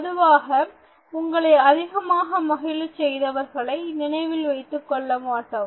பொதுவாக உங்களை அதிகமாக மகிழ செய்தவர்களை நினைவில் வைத்துக்கொள்ள மாட்டோம்